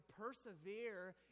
persevere